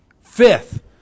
Fifth